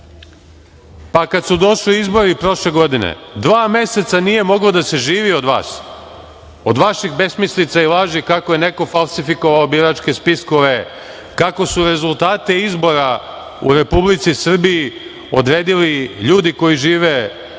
pa kada su došli izbori prošle godine, dva meseca nije moglo da se živi od vas, od vaših besmislica i laži kako je neko falsifikovao biračke spiskove, kako su rezultate izbora u Republici Srbiji odredili ljudi koji žive u